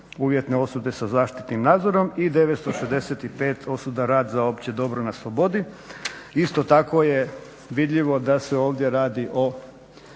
uvjetnih osuda sa zaštitnim nadzorom i 965 osuda rad za opće dobro na slobodi. Isto tako je vidljivo da se ovdje radi o